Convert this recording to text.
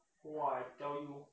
!wah! I tell you